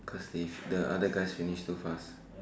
cause they the other guys finish too fast